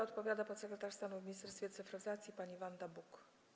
Odpowiada podsekretarz stanu w Ministerstwie Cyfryzacji pani Wanda Buk.